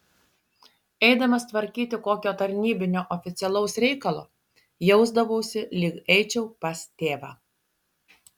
eidamas tvarkyti kokio tarnybinio oficialaus reikalo jausdavausi lyg eičiau pas tėvą